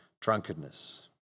drunkenness